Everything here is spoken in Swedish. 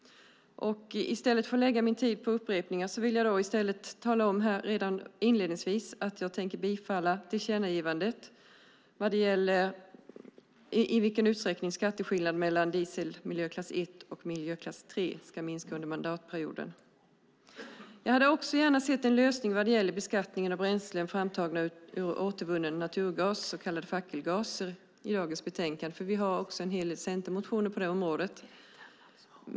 I stället för att lägga min tid på upprepning vill jag redan inledningsvis tala om att jag vill bifalla tillkännagivandet vad gäller i vilken utsträckning skatteskillnad mellan diesel miljöklass 1 och miljöklass 3 ska minska under mandatperioden. Jag hade också gärna sett en lösning vad gäller beskattningen av bränslen framtagna ur återvunnen naturgas, så kallade fackelgaser, i dagens betänkande. Vi har också en hel del centermotioner på det området.